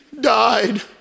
died